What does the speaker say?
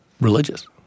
religious